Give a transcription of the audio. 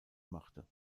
machte